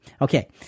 Okay